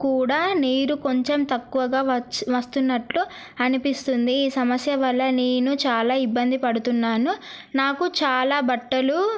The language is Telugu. కూడా నీరు కొంచెం తక్కువగా వస్తున్నట్లు అనిపిస్తుంది ఈ సమస్య వల్ల నేను చాలా ఇబ్బంది పడుతున్నాను నాకు చాలా బట్టలు